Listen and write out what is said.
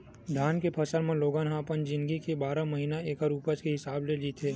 धान के फसल म लोगन ह अपन जिनगी के बारह महिना ऐखर उपज के हिसाब ले जीथे